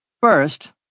First